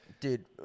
Dude